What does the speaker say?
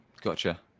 Gotcha